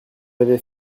avais